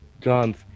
John's